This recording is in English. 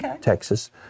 Texas